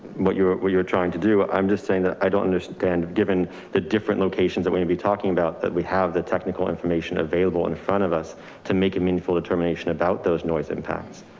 what you're what you're trying to do. i'm just saying that i don't understand given the different locations that we're gonna be talking about, that we have the technical information available in front of us to make a meaningful determination about those noise impacts.